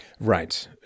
Right